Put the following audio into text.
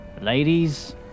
ladies